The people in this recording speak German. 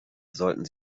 sollten